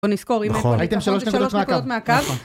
בוא נזכור אם הייתם 3 נקודות מהקו.